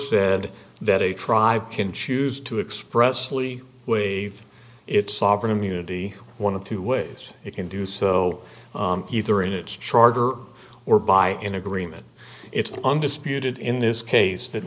said that a tribe can choose to express lea wave its sovereign immunity one of two ways it can do so either in its charter or by an agreement it's undisputed in this case that